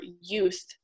youth